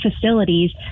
facilities